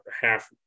half